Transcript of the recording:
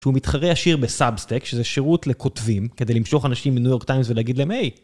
שהוא מתחרה עשיר בסאבסטייק שזה שירות לכותבים כדי למשוך אנשים מניו יורק טיימס ולהגיד להם היי.